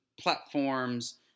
platforms